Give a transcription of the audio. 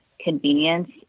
convenience